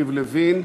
יריב לוין.